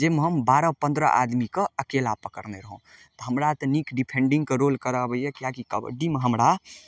जैमे हम बारह पन्द्रह आदमीके अकेला पकड़ने रहौं हमरा तऽ नीक डिफेंडिंगके रोल करऽ अबैये किएक कि कबड्डीमे हमरा